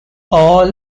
all